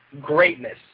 greatness